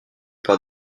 par